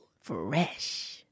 Fresh